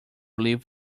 believe